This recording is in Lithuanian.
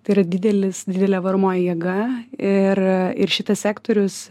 tai yra didelis didelė varomoji jėga ir ir šitas sektorius